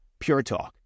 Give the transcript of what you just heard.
PureTalk